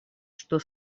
что